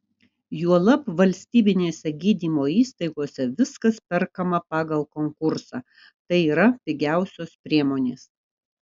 juolab valstybinėse gydymo įstaigose viskas perkama pagal konkursą tai yra pigiausios priemonės